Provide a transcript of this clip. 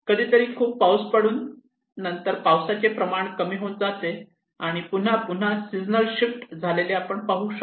कधीतरी खूप पाऊस पडून नंतर पावसाचे प्रमाण कमी होत जाते आणि पुन्हा पुन्हा सीजनल शिफ्ट झालेले आपण पाहू शकतो